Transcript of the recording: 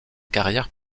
carrière